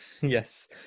Yes